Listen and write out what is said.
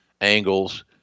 Angles